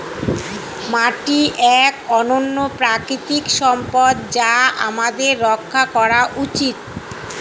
মাটি এক অনন্য প্রাকৃতিক সম্পদ যা আমাদের রক্ষা করা উচিত